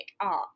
art